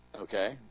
Okay